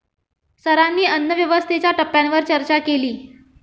सरांनी अन्नव्यवस्थेच्या टप्प्यांवर चर्चा केली